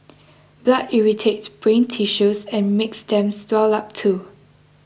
blood irritates brain tissues and makes them swell up too